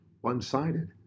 one-sided